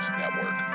network